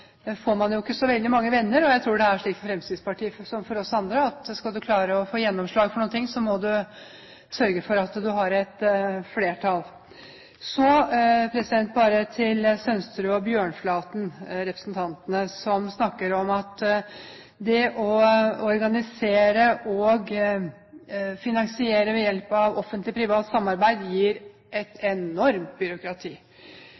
får man jo ikke så veldig mange venner. Og jeg tror det er slik for Fremskrittspartiet som for oss andre, at skal man klare å få gjennomslag for noe, må man sørge for at man har et flertall. Så til representantene Sønsterud og Bjørnflaten, som snakker om at det å organisere og finansiere ved hjelp av Offentlig Privat Samarbeid gir et